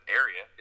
area